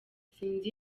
sinzi